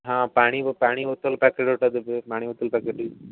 ହଁ ପାଣି ବୋ ପାଣି ବୋତଲ ପ୍ୟାକେଟ୍ ଗୋଟେ ଦେବେ ପାଣି ବୋତଲ ପ୍ୟାକେଟ୍ ବି